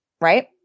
right